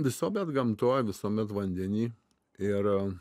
visuomet gamtoj visuomet vandeny ir